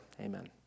amen